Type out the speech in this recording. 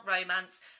romance